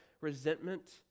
resentment